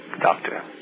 Doctor